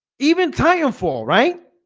even titanfall right